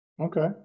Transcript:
Okay